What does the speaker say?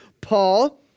Paul